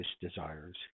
desires